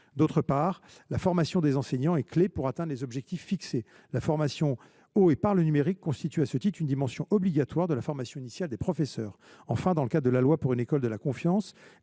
ailleurs, la formation des enseignants est essentielle pour atteindre les objectifs fixés. La formation au et par le numérique constitue à ce titre une dimension obligatoire de la formation initiale des professeurs. Enfin, dans le cadre de la loi pour une école de la confiance,